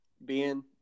Ben